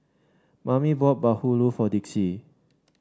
Mammie bought bahulu for Dixie